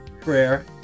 Prayer